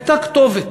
הייתה כתובת.